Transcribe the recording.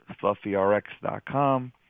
FluffyRx.com